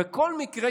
בכל מקרה,